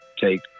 take